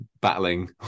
battling